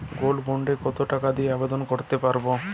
Gold bond কত টাকা দিয়ে আবেদন করতে পারবো?